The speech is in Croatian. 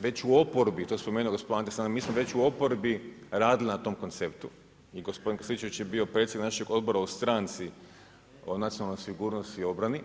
već u oporbi, to je spomenuo gospodin Ante Sanader, mi smo već u oporbi, mi smo već u oporbi radili na tom konceptu i gospodin Krstičević je bio predsjednik našeg odbora u stranici o nacionalnoj sigurnosti i obrani.